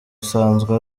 usanzwe